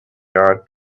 art